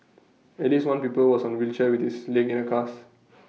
at least one pupil was on A wheelchair with this leg in A cast